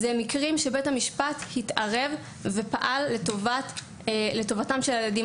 בית המשפט התערב ופעל לטובת הילדים.